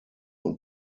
und